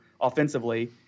offensively